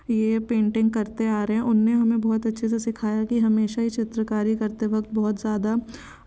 ये पेंटिंग करते आ रहे है उनने मुझे बहुत अच्छे से सिखाया है कि हमेशा ही चित्रकारी करते वक्त बहुत ज़्यादा